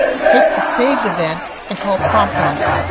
take the saved event and call prompt on it.